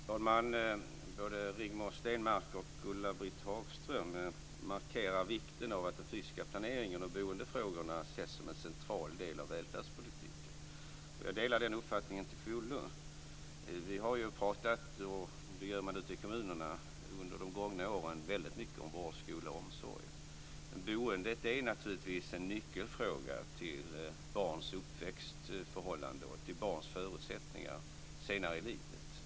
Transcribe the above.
Fru talman! Både Rigmor Stenmark och Ulla-Britt Hagström markerar vikten av att den fysiska planeringen och boendefrågorna ses som en central del av välfärdspolitiken. Jag delar den uppfattningen till fullo. Vi har ju under de gångna åren, precis som ute i kommunerna, pratat väldigt mycket om vård, skola och omsorg. Men också boendet är naturligtvis en nyckelfråga när det gäller barns uppväxtförhållanden och förutsättningar senare i livet.